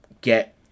get